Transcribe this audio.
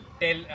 tell